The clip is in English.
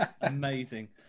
Amazing